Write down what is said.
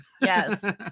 Yes